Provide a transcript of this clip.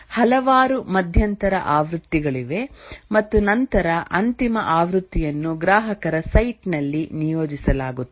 ಹಲವಾರು ಮಧ್ಯಂತರ ಆವೃತ್ತಿಗಳಿವೆ ಮತ್ತು ನಂತರ ಅಂತಿಮ ಆವೃತ್ತಿಯನ್ನು ಗ್ರಾಹಕರ ಸೈಟ್ನಲ್ಲಿ ನಿಯೋಜಿಸಲಾಗುತ್ತದೆ